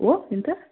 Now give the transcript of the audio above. ಓ ಎಂಥ